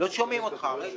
מאיפה זה יורד?